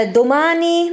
domani